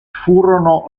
furono